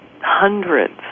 hundreds